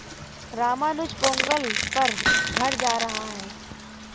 रामानुज पोंगल पर घर जा रहा है